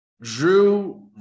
Drew